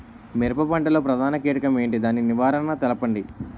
మిరప పంట లో ప్రధాన కీటకం ఏంటి? దాని నివారణ తెలపండి?